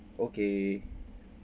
okay